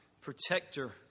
protector